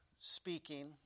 speaking